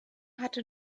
hatte